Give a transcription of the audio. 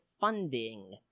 funding